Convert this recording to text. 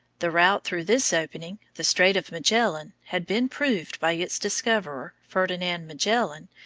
the route through this opening, the strait of magellan, had been proved by its discoverer, ferdinand magellan,